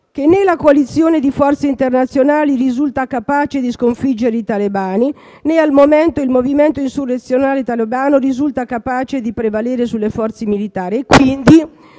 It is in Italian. che «né la coalizione di forze internazionali risulta capace di sconfiggere i talebani, né al momento il movimento insurrezionale e talebano risulta capace di prevalere sulle forze militare e quindi»